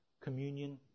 communion